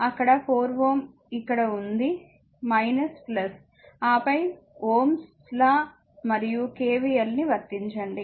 అక్కడ 4 Ω ఇక్కడ ఉంది ఆపై Ω s లా మరియు KVL ని వర్తించండి